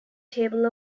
table